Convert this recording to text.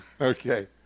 Okay